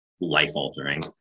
life-altering